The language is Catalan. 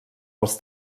els